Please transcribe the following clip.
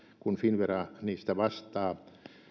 kun finnvera niistä vastaa